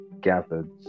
gathered